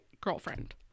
girlfriend